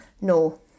No